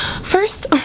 first